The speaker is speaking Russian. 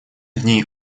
дней